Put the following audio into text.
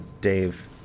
Dave